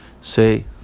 say